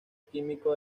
químico